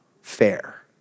fair